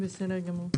בסדר גמור.